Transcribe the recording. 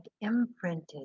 imprinted